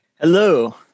Hello